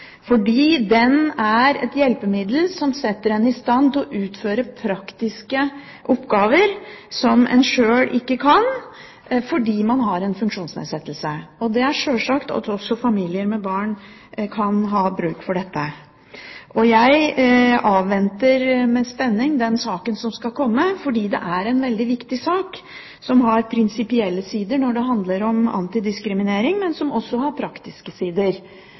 fordi den er et hjelpemiddel som setter en i stand til å utføre praktiske oppgaver som en sjøl ikke kan, fordi en har en funksjonsnedsettelse. Det er sjølsagt at også familier med barn kan ha bruk for dette. Jeg avventer med spenning den saken som skal komme, fordi det er en veldig viktig sak, som har prinsipielle sider når det handler om antidiskriminering, men som også har praktiske sider.